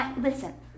listen